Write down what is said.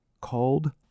called